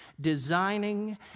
designing